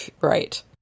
Right